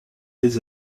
des